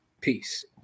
Peace